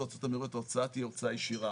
ההוצאות המרביות ההוצאה תהיה הוצאה ישירה.